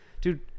dude